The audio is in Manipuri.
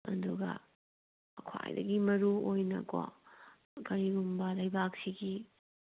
ꯑꯗꯨꯒ ꯈ꯭ꯋꯥꯏꯗꯒꯤ ꯃꯔꯨ ꯑꯣꯏꯅꯀꯣ ꯀꯔꯤꯒꯨꯝꯕ ꯂꯩꯕꯥꯛꯁꯤꯒꯤ